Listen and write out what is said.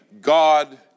God